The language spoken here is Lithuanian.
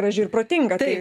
graži ir protinga tai